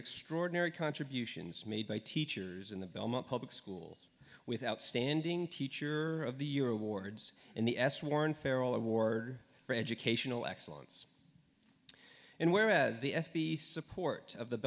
extraordinary contributions made by teachers in the belmont public schools with outstanding teacher of the year awards in the s warren farrel of war for educational excellence and whereas the f b i support of the